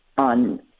on